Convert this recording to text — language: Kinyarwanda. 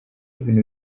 ibintu